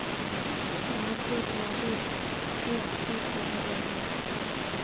भारत तोत माटित टिक की कोहो जाहा?